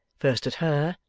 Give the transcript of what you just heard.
first at her,